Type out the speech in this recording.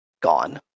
gone